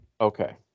Okay